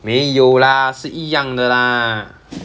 没有 lah 是一样的 lah